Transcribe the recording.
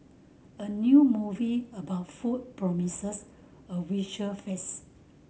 a new movie about food promises a visual feast